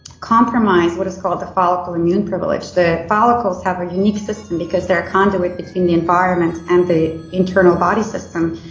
compromise what is called the follicle immune privilege. the follicles have a unique system because they're conduit between the environments and the internal body system.